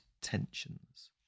tensions